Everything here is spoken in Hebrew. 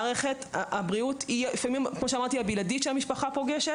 נאמר כבר שלעיתים זו מערכת הבריאות הבלעדית שהמשפחה פוגשת